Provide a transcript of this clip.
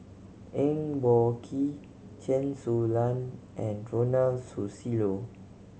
Eng Boh Kee Chen Su Lan and Ronald Susilo